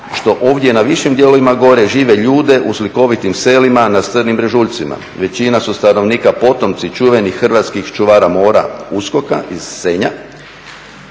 što ovdje na višim dijelovima gore žive ljudi u slikovitim selima na strmim brežuljcima. Većina su stanovnika potomci čuvenih hrvatskih čuvara mora Uskoka iz Senja.